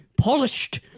polished